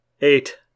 Eight